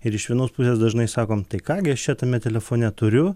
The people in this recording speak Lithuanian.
ir iš vienos pusės dažnai sakom tai ką gi aš čia tame telefone turiu